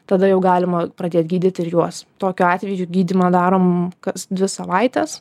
tada jau galima pradėt gydyt ir juos tokiu atveju gydymą darom kas dvi savaites